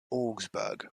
augsburg